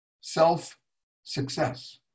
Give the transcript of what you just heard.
self-success